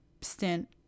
stint